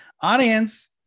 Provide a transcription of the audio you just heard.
Audience